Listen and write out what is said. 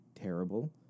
terrible